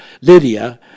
Lydia